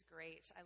great